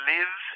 live